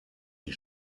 die